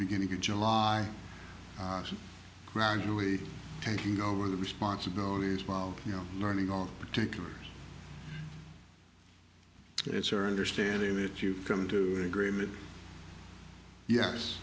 beginning of july and gradually taking over the responsibilities while you know learning all particulars it's or understanding that you've come to agreement yes